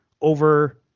over